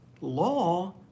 law